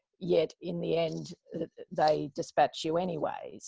yet in the end they dispatched you anyway.